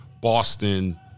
Boston